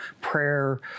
prayer